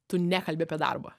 tu nekalbi apie darbą